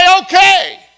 okay